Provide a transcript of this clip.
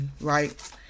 Right